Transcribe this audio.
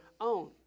own